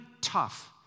tough